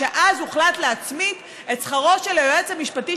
כשאז הוחלט להצמיד את שכרו של היועץ המשפטי